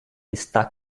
está